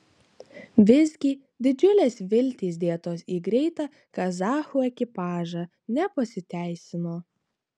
visgi didžiulės viltys dėtos į greitą kazachų ekipažą nepasiteisino